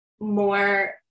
more